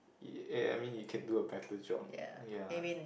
eh I mean you can do a better job ya